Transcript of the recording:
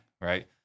right